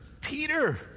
Peter